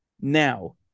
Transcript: Now